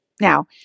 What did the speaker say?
Now